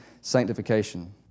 sanctification